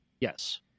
Yes